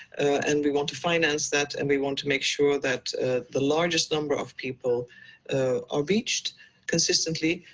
and we want to finance that and we want to make sure that the largest number of people are reached consistently,